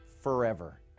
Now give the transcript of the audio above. forever